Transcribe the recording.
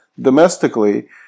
domestically